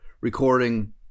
recording